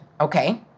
okay